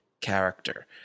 character